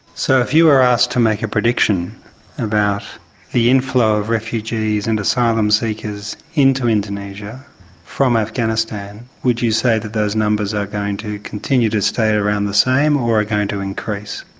so if you were asked to make a prediction about the inflow of refugees and asylum seekers into indonesia from afghanistan, would you say that those numbers are going to continue to stay around the same or are going to increase?